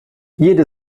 jede